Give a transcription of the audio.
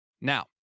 Now